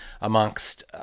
amongst